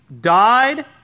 died